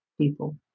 people